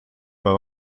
pas